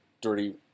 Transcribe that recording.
dirty